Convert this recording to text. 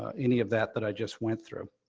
ah any of that that i just went through.